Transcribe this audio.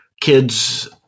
kids